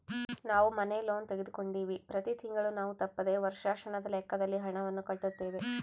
ನಾವು ಮನೆ ಲೋನ್ ತೆಗೆದುಕೊಂಡಿವ್ವಿ, ಪ್ರತಿ ತಿಂಗಳು ನಾವು ತಪ್ಪದೆ ವರ್ಷಾಶನದ ಲೆಕ್ಕದಲ್ಲಿ ಹಣವನ್ನು ಕಟ್ಟುತ್ತೇವೆ